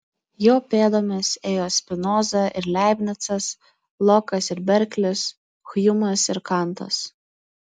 jo pėdomis ėjo spinoza ir leibnicas lokas ir berklis hjumas ir kantas